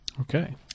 Okay